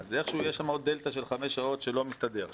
אז יש שם דלתא של חמש שעות שלא מסתדרות.